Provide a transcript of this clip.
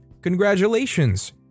Congratulations